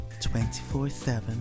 24-7